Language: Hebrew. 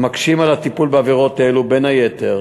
המקשים על הטיפול בעבירות אלו, בין היתר